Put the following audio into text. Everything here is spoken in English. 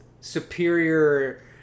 superior